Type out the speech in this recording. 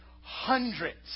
hundreds